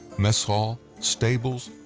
mess hall, stables,